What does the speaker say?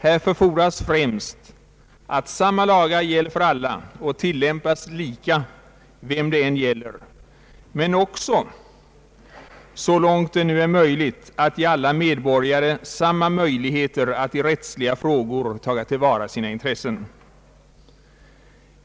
Härför fordras främst att samma lagar gäller för alla och tillämpas lika vem det än gäller, men också, så långt det nu är möjligt, att ge alla medborgare samma möjligheter att i rättsliga frågor ta till vara sina intressen.